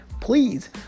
please